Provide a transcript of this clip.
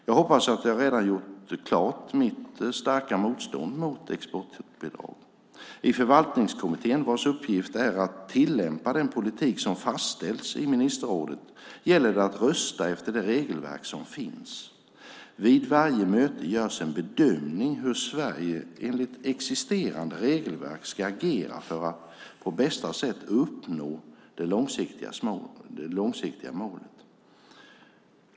Jag hoppas att jag redan har gjort klart mitt starka motstånd mot exportbidrag. I förvaltningskommittén, vars uppgift är att tillämpa den politik som fastställts i ministerrådet, gäller det att rösta efter de regelverk som finns. Vid varje möte görs en bedömning av hur Sverige enligt existerande regelverk ska agera för att på bästa sätt uppnå det långsiktiga målet.